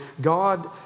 God